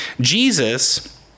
Jesus